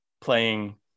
playing